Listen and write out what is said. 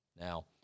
Now